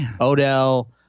Odell